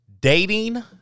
Dating